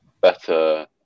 better